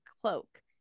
cloak